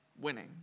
winning